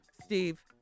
Steve